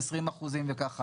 20% וכך הלאה.